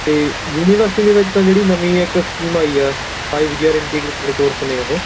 ਅਤੇ ਯੂਨੀਵਰਸਿਟੀ ਦੇ ਵਿੱਚ ਤਾਂ ਜਿਹੜੀ ਨਵੀਂ ਇੱਕ ਸਕੀਮ ਆਈ ਆ ਫਾਈਵ ਯੀਅਰ ਇੰਟੀਗਰੇਟਡ ਕੋਰਸ ਨੇ ਉਹ